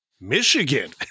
Michigan